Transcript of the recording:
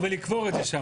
ולקבור את זה שם.